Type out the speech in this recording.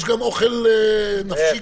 יש גם אוכל נפשי.